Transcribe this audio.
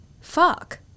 fuck